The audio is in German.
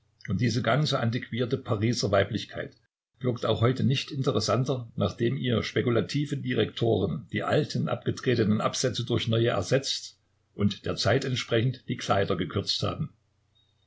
und diese ganze antiquierte pariser weiblichkeit wirkt auch heute nicht interessanter nachdem ihr spekulative direktoren die alten abgetretenen absätze durch neue ersetzt und der zeit entsprechend die kleider gekürzt haben